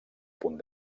punt